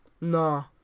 No